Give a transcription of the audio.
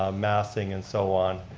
ah massing and so on,